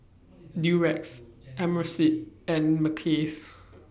Durex Amerisleep and Mackays